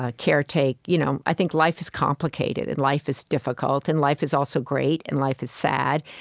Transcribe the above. ah caretake. you know i think life is complicated, and life is difficult and life is also great, and life is sad.